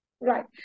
Right